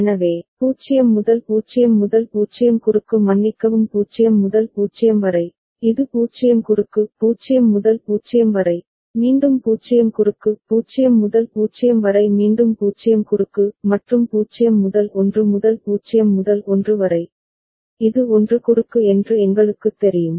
எனவே 0 முதல் 0 0 குறுக்கு மன்னிக்கவும் 0 முதல் 0 வரை இது 0 குறுக்கு 0 முதல் 0 வரை மீண்டும் 0 குறுக்கு 0 முதல் 0 வரை மீண்டும் 0 குறுக்கு மற்றும் 0 முதல் 1 0 முதல் 1 வரை இது 1 குறுக்கு என்று எங்களுக்குத் தெரியும்